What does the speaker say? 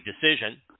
decision